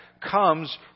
comes